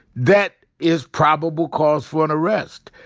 that is probable cause for an arrest.